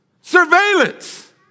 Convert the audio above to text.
Surveillance